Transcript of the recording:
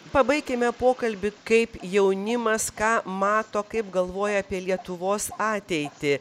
pabaikime pokalbį kaip jaunimas ką mato kaip galvoja apie lietuvos ateitį